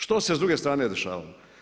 Što se s druge strane dešavalo?